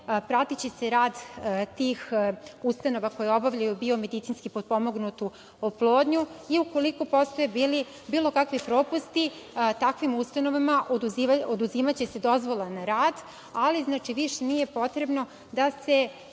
pratiće se rad tih ustanova koje obavljaju biomedicinski potpomognutu oplodnju i ukoliko postoje bilo kakvi propusti takvim ustanovama oduzimaće se dozvola za rad, ali više nije potrebno da se